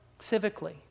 civically